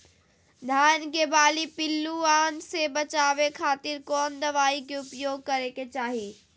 धान के बाली पिल्लूआन से बचावे खातिर कौन दवाई के उपयोग करे के चाही?